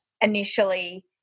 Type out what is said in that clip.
initially